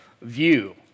view